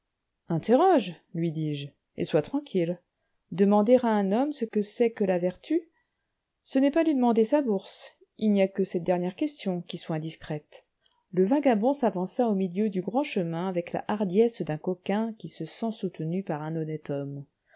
interroge lui dis-je et sois tranquille demander à un homme ce que c'est que la vertu ce n'est pas lui demander sa bourse il n'y a que cette dernière question qui soit indiscrète le vagabond s'avança au milieu du grand chemin avec la hardiesse d'un coquin qui se sent soutenu par un honnête homme